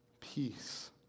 peace